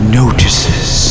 notices